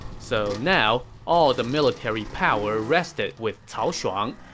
so now, all the military power rested with cao shuang,